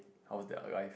how their life